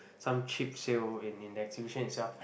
some cheap sale in in exhibition itself